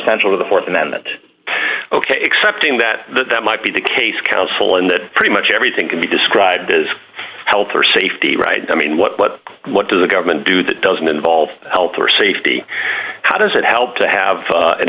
essential to the th amendment ok accepting that that might be the case council and that pretty much everything can be described as health or safety right i mean what but what does a government do that doesn't involve health or safety how does it help to have